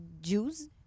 Jews